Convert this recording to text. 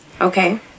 Okay